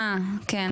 כן.